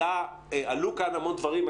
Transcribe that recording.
עלו כאן המון דברים.